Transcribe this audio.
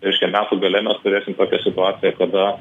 eiškia metų gale mes turėsim tokią situaciją kada